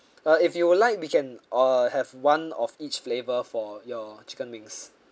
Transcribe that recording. uh if you would like we can uh have one of each flavour for your chicken wings